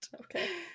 Okay